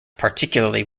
particularly